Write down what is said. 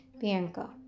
Bianca